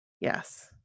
yes